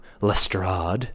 lestrade